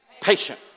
patient